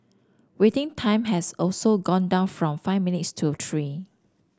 waiting time has also gone down from five minutes to three